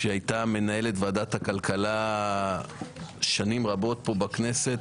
שהיתה מנהלת ועדת הכלכלה שנים רבות פה בכנסת,